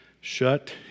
shut